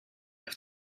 have